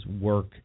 work